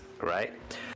right